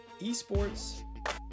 esports